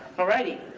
alrighty.